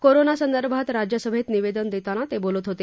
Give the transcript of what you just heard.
corona संदर्भात राज्यसभेत निवेदन देताना ते बोलत होते